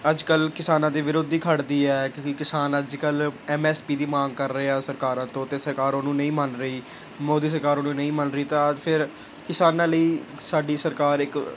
ਅੱਜ ਕੱਲ੍ਹ ਕਿਸਾਨਾਂ ਦੇ ਵਿਰੁੱਧ ਹੀ ਖੜ੍ਹਦੀ ਹੈ ਕਿਉਂਕਿ ਕਿਸਾਨ ਅੱਜ ਕੱਲ੍ਹ ਐਮ ਐਸ ਪੀ ਦੀ ਮੰਗ ਕਰ ਰਹੇ ਆ ਸਰਕਾਰਾਂ ਤੋਂ ਅਤੇ ਸਰਕਾਰ ਉਹਨੂੰ ਨਹੀਂ ਮੰਨ ਰਹੀ ਮੋਦੀ ਸਰਕਾਰ ਉਹਨੂੰ ਨਹੀਂ ਮੰਨ ਰਹੀ ਤਾਂ ਫਿਰ ਕਿਸਾਨਾਂ ਲਈ ਸਾਡੀ ਸਰਕਾਰ ਇੱਕ